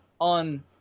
on